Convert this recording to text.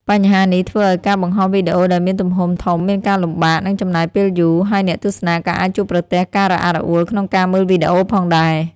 បញ្ហានេះធ្វើឲ្យការបង្ហោះវីដេអូដែលមានទំហំធំមានការលំបាក និងចំណាយពេលយូរ ហើយអ្នកទស្សនាក៏អាចជួបប្រទះការរអាក់រអួលក្នុងការមើលវីដេអូផងដែរ។